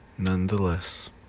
Nonetheless